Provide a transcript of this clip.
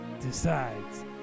decides